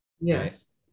Yes